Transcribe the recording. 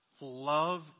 Love